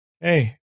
Hey